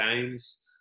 Games